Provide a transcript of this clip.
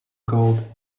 called